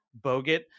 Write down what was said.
bogut